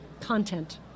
content